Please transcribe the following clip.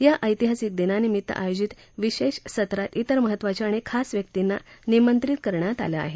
या ऐतिहासिक दिनानिमित्त आयोजित विशेष सत्रात त्रिर महत्त्वाच्या आणि खास व्यक्तींना निमंत्रित करण्यात आलं आहे